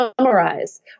summarize